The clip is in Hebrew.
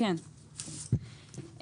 בבקשה.